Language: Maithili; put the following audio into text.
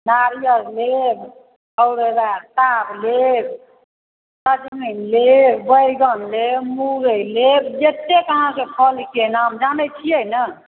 नारियल लेब अर्तक पात लेब सजमनि लेब बैगन लेब मुरई लेब जतेक अहाँकेँ फलकेँ नाम जानै छियै ने